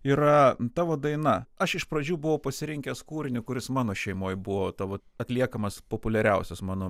yra tavo daina aš iš pradžių buvau pasirinkęs kūrinį kuris mano šeimoj buvo tavo atliekamas populiariausias mano